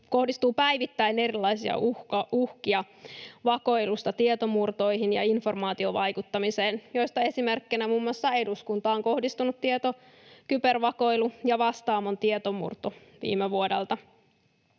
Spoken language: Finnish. kohdistuu päivittäin erilaisia uhkia vakoilusta tietomurtoihin ja informaatiovaikuttamiseen, joista esimerkkinä muun muassa eduskuntaan kohdistunut kybervakoilu ja Vastaamon tietomurto viime vuodelta.